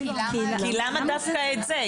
כי למה דווקא את זה?